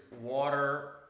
water